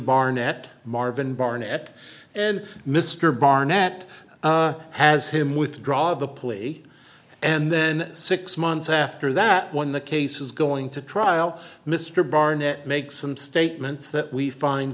barnett marvin barnett and mr barnett has him withdraw the plea and then six months after that when the case is going to trial mr barnett make some statements that we find